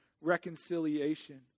reconciliation